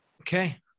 Okay